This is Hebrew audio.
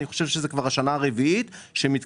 אני חושב שזו כבר השנה הרביעית שמתקבלים